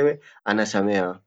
dirrankan